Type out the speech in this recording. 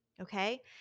Okay